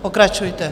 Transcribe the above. Pokračujte.